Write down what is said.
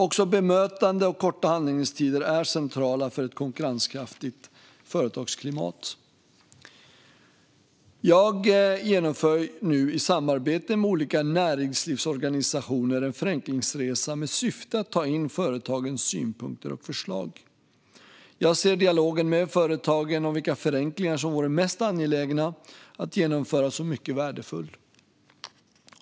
Också bemötande och korta handläggningstider är centrala för ett konkurrenskraftigt företagsklimat. Jag genomför nu i samarbete med olika näringslivsorganisationer en förenklingsresa med syfte att ta in företagens synpunkter och förslag. Jag ser dialogen med företagen om vilka förenklingar som vore mest angelägna att genomföra som mycket värdefull.